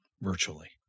virtually